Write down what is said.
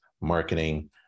marketing